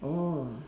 oh